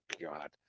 God